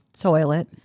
toilet